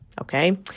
Okay